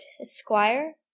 Esquire